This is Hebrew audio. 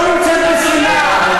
לא נמצאת בשנאה,